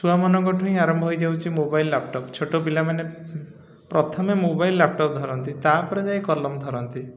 ଛୁଆମାନଙ୍କ ଠୁ ହିଁ ଆରମ୍ଭ ହେଇଯାଉଛି ମୋବାଇଲ ଲ୍ୟାପଟପ୍ ଛୋଟ ପିଲାମାନେ ପ୍ରଥମେ ମୋବାଇଲ ଲ୍ୟାପଟପ୍ ଧରନ୍ତି ତା'ପରେ ଯାଇ କଲମ ଧରନ୍ତି